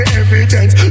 evidence